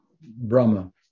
Brahma